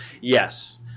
Yes